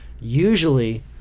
Usually